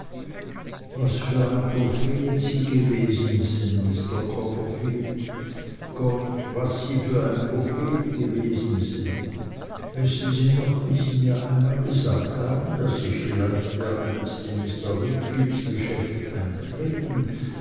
was für ein prophet sie gewesen sin mister copperfield gott was sie für ein prophet gewesen sin wissen sie noch wie sie mir einmal gesagt haben daß ich vielleicht dereinst in mr wickfields geschäft eintreten